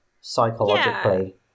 psychologically